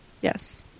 yes